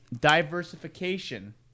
diversification